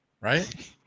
Right